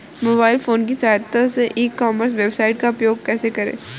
Mobile phone की सहायता से ई कॉमर्स वेबसाइट का उपयोग कैसे करें?